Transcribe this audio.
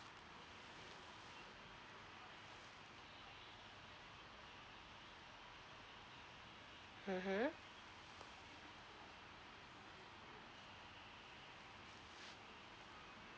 (uh huh)